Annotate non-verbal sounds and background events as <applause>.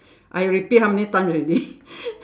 I repeat how many times already <laughs>